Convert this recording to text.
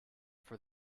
for